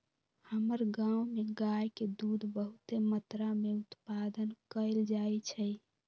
हमर गांव में गाय के दूध बहुते मत्रा में उत्पादन कएल जाइ छइ